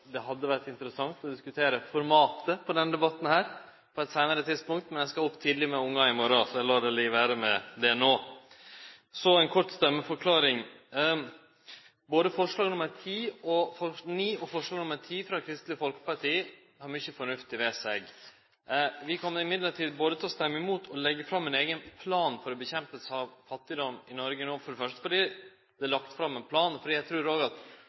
det hadde vore interessant å diskutere formatet på denne debatten – på eit seinare tidspunkt. Eg skal opp tidleg med ungar i morgon, så eg lèt det vere med det no! Så ei kort stemmeforklaring. Både forslag nr. 9 og forslag nr. 10, frå Kristeleg Folkeparti, har mykje fornuftig ved seg. Vi kjem likevel til å stemme imot å leggje fram ein eigen plan for kampen mot fattigdom i Noreg no, for det første fordi eg trur at det nok er ei heilt anna breidd og ein kompleksitet i tiltaka for å motarbeide fattigdom enn berre å leggje fram ein plan.